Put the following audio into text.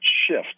shift